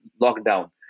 lockdown